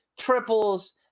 triples